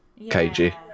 KG